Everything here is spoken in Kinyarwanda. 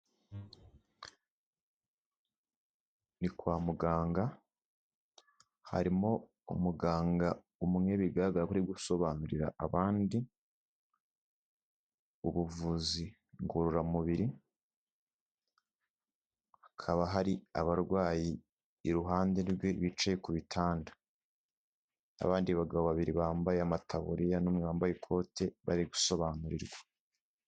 Ni kwa muganga harimo umuganga umwe bigaragara ko uri gusobanurira abandi ubuvuzi ngororamubiri, hakaba hari abarwayi iruhande rwe bice ku bitanda n'abandi bagabo babiri bambaye amataburiya n'umwe wambaye ikote bari gusobanurirwa.